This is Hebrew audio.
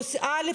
יואל,